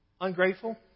Ungrateful